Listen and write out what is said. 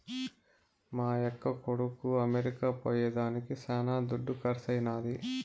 మా యక్క కొడుకు అమెరికా పోయేదానికి శానా దుడ్డు కర్సైనాది